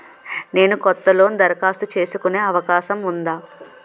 నేను కొత్త లోన్ దరఖాస్తు చేసుకునే అవకాశం ఉందా?